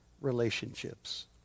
relationships